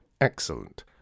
Excellent